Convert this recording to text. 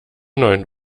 neun